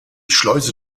schleuse